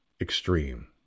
extreme